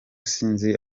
sinzi